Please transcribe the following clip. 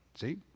See